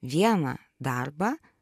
vieną darbą